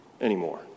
anymore